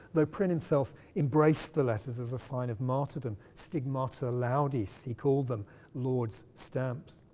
though prynne himself embraced the letters as a sign of martyrdom, stigmata laudis, he called them lords' stamps.